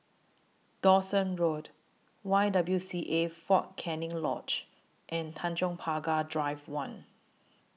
Dawson Road Y W C A Fort Canning Lodge and Tanjong Pagar Drive one